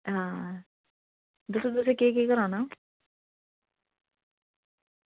आं ते तुसें केह् केह् कराना